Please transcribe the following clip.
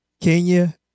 Kenya